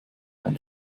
ein